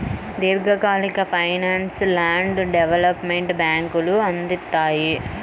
దీర్ఘకాలిక ఫైనాన్స్ను land development బ్యేంకులు అందిత్తాయి